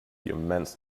immense